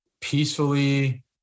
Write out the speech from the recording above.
peacefully